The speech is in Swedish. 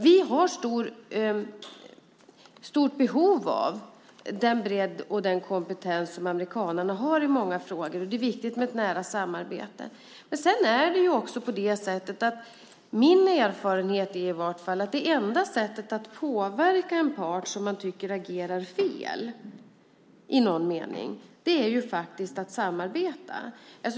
Vi har ett stort behov av den bredd och den kompetens som amerikanerna har i många frågor, och det är viktigt med ett nära samarbete. Min erfarenhet är att det enda sättet att påverka en part som man tycker agerar fel i något avseende är att samarbeta.